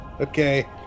okay